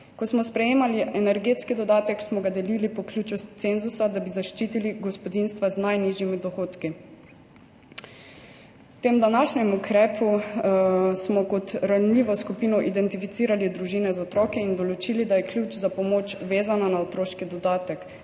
Ko smo sprejemali energetski dodatek, smo ga delili po ključu cenzusa, da bi zaščitili gospodinjstva z najnižjimi dohodki. V tem današnjem ukrepu smo kot ranljivo skupino identificirali družine z otroki in določili, da je ključ za pomoč vezana na otroški dodatek.